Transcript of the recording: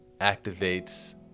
activates